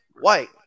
White